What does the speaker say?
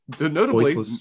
Notably